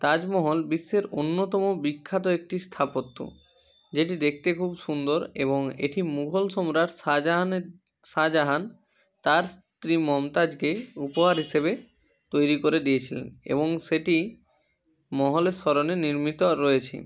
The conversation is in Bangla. তাজমহল বিশ্বের অন্যতম বিখ্যাত একটি স্থাপত্য যেটি দেখতে খুব সুন্দর এবং এটি মুঘল সম্রাট শাজাহানের শাজাহান তার স্ত্রী মমতাজকে উপহার হিসেবে তৈরি করে দিয়েছিলেন এবং সেটি মহলের স্মরণে নির্মিত রয়েছে